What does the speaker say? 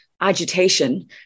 agitation